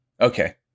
Okay